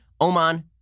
Oman